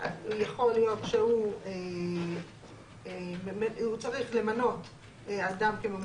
אז יכול להיות שהוא צריך למנות אדם כממונה קורונה.